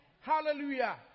Hallelujah